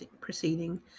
proceeding